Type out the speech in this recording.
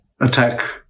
attack